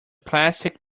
plastic